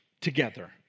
together